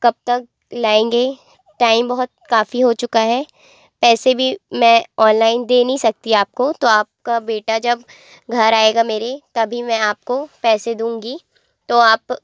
कब तक लाएंगे टैइम बहुत काफ़ी हो चुका है पैसे भी मैं औनलाइन दे नहीं सकती आपको तो आपका बेटा जब घर आएगा मेरे तभी मैं आपको पैसे दूँगी तो आप